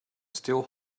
still